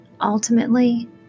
ultimately